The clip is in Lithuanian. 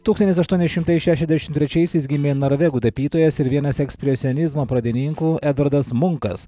tūkstantis aštuoni šimtai šešiasdešim trečiaisiais gimė norvegų tapytojas ir vienas ekspresionizmo pradininkų edvardas munkas